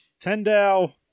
Tendow